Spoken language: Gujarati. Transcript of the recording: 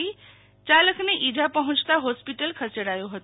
યાલકને ઈજા પહોયતાં હોસ્પિટલ ખસેડાથી હતો